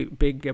big